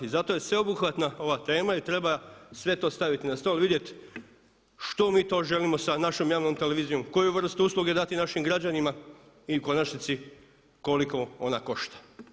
I zato je sveobuhvatna ova tema i treba sve to staviti na stol i vidjeti što mi to želimo sa našom javnom televizijom, koju vrstu usluge dati našim građanima i u konačnici koliko ona košta.